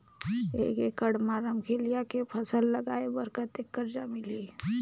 एक एकड़ मा रमकेलिया के फसल लगाय बार कतेक कर्जा मिलही?